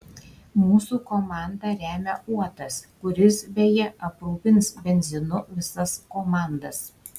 mūsų komandą remia uotas kuris beje aprūpins benzinu visas komandas